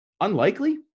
Unlikely